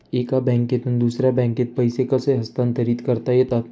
एका बँकेतून दुसऱ्या बँकेत पैसे कसे हस्तांतरित करता येतात?